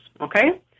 Okay